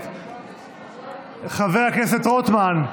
חבר הכנסת רוטמן,